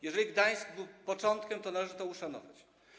Jeżeli Gdańsk był początkiem, to należy to uszanować.